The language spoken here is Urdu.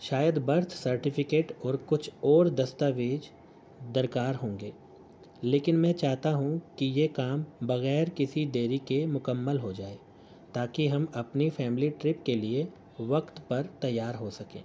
شاید برتھ سرٹیفکیٹ اور کچھ اور دستاویز درکار ہوں گے لیکن میں چاہتا ہوں کہ یہ کام بغیر کسی دیری کے مکمل ہو جائے تا کہ ہم اپنی فیملی ٹرپ کے لیے وقت پر تیار ہو سکیں